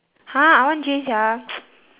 [huh] I want J sia